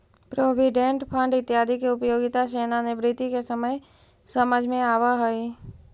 provident fund इत्यादि के उपयोगिता सेवानिवृत्ति के समय समझ में आवऽ हई